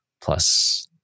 plus